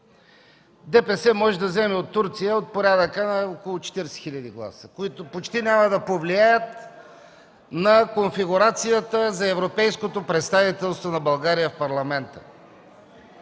ДПС може да вземе от Турция от порядъка на около 40 хиляди гласа, които почти няма да повлияят на конфигурацията за европейското представителство на България в парламента.